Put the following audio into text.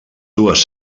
dues